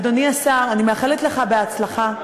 אדוני השר, אני מאחלת לך הצלחה.